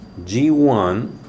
G1